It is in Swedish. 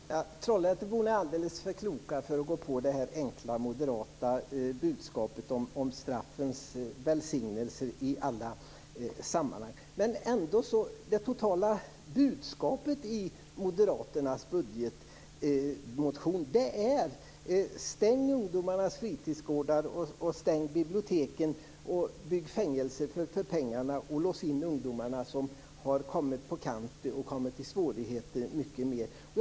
Fru talman! Trolhätteborna är alldeles för kloka för att gå på det enkla moderata budskapet om straffens välsignelse i alla sammanhang. Men budskapet i moderaternas budgetmotion totalt är: Stäng ungdomarnas fritidsgårdar och stäng biblioteken! Bygg fängelser för pengarna och lås in de ungdomar som har kommit på kant och hamnat i svårigheter mycket mer än i dag!